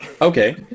okay